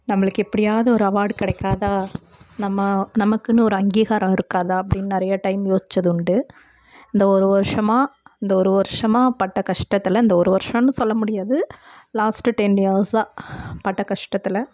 நம்மளுக்கு எப்படியாது ஒரு அவார்டு கிடைக்காதா நம்ம நமக்குன்னு ஒரு அங்கீகாரம் இருக்காதா அப்படின்னு நிறைய டைம் யோசிச்சது உண்டு இந்த ஒரு வருஷமா இந்த ஒரு வருஷமா பட்ட கஷ்டத்தில் இந்த ஒரு வருஷம்னு சொல்ல முடியாது லாஸ்ட்டு டென் இயர்ஸாக பட்ட கஷ்டத்தில்